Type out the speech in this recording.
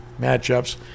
matchups